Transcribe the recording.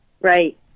Right